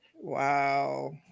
Wow